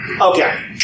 Okay